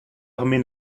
armée